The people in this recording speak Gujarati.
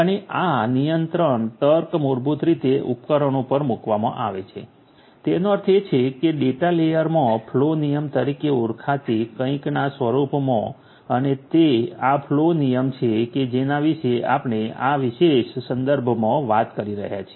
અને આ નિયંત્રણ તર્ક મૂળભૂત રીતે ઉપકરણો પર મૂકવામાં આવે છે તેનો અર્થ એ છે કે ડેટા લેયરમાં ફ્લો નિયમ તરીકે ઓળખાતી કંઇકના સ્વરૂપમાં અને તે આ ફ્લો નિયમ છે કે જેના વિશે આપણે આ વિશેષ સંદર્ભમાં વાત કરી રહ્યા છીએ